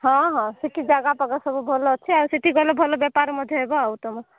ହଁ ହଁ ସେଠି ଜାଗା ଫାଗା ସବୁ ଭଲ ଅଛି ଆଉ ସେଠି ଗଲେ ଭଲ ବେପାର ମଧ୍ୟ ହେବ ଆଉ ତୁମ